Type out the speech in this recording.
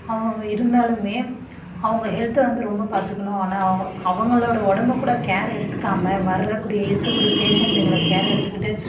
அவங்க இருந்தாலுமே அவங்க ஹெல்த்தை வந்து ரொம்ப பார்த்துக்கணும் ஆனால் அவங்களோட உடம்ப கூட கேர் எடுத்துக்காமல் வரக்கூடிய இருக்கக்கூடிய பேஷண்ட்டுங்களை கேர் எடுத்துக்கிட்டு